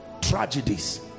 tragedies